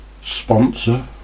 sponsor